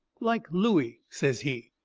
like looey, says he.